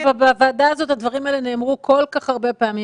בוועדה הזאת הדברים האלה נאמרו כל כך הרבה פעמים.